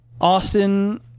Austin